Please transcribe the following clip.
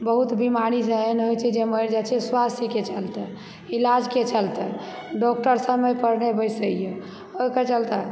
बहुत बीमारी एहन होइत छै जे मरि जाइत छै स्वास्थ्यके चलते इलाजके चलते डॉक्टर समय पर नहि बैसैए ओहिके चलते